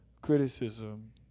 criticism